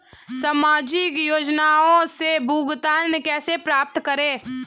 सामाजिक योजनाओं से भुगतान कैसे प्राप्त करें?